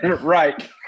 Right